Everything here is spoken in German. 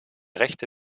rechte